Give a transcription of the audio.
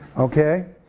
okay?